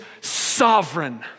sovereign